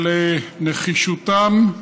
על נחישותם,